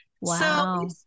Wow